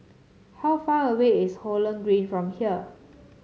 how far away is Holland Green from here